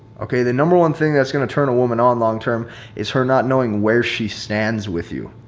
okay? the number one thing that's going to turn a woman on long-term is her not knowing where she stands with you.